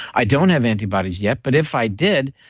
i don't have antibodies yet, but if i did,